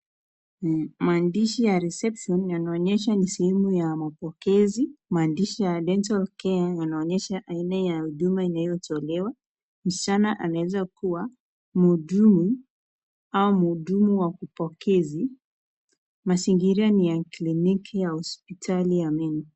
Maandishi ya reception yanaonyesha ni sehemu ya mapokezi, maandishi ya dental care yanaonyesha aina ya huduma inayotolewa. Msichana anaweza kuwa mhudumu au mhudumu wa upokezi. Mazingira ni ya kliniki ya hosiptali ya meno.